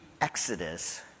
Exodus